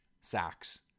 sacks